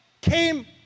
came